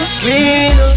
clean